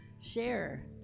share